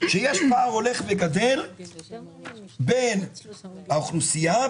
שיש פער הולך וגדל בין האוכלוסייה,